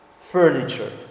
furniture